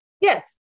Yes